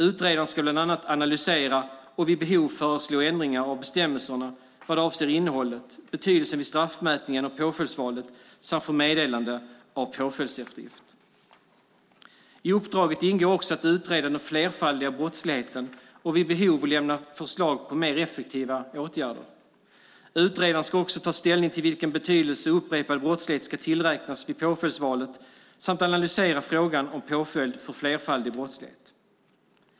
Utredaren ska bland annat analysera och vid behov föreslå ändringar av bestämmelserna vad avser innehåll, betydelse vid straffmätningen och påföljdsvalet samt för meddelande av påföljdseftergift. I uppdraget ingår också att utreda den flerfaldiga brottsligheten och vid behov lämna förslag på mer effektiva åtgärder. Utredaren ska också ta ställning till vilken betydelse upprepad brottslighet ska tillräknas vid påföljdsvalet samt analysera frågan om påföljd för flerfaldig brottslighet.